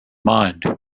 mind